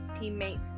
teammates